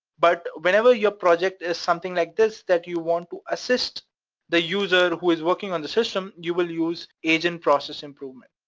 but whenever your project is something like this that you want to assist the user who is working on the system, you will us agent process improvement,